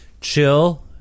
chill